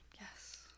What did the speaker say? Yes